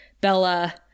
Bella